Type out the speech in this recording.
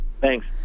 thanks